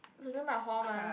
is near my hall mah